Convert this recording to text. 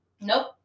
Nope